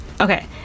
Okay